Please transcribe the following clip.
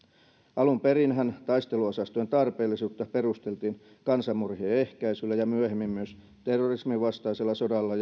alun perinhän taisteluosastojen tarpeellisuutta perusteltiin kansanmurhien ehkäisyllä ja myöhemmin myös terrorisminvastaisella sodalla